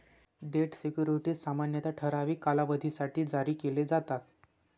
date securities सामान्यतः ठराविक कालावधीसाठी जारी केले जातात